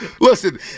Listen